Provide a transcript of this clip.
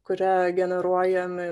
kuria generuojami